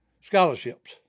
scholarships